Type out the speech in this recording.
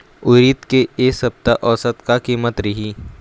उरीद के ए सप्ता औसत का कीमत रिही?